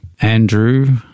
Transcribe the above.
Andrew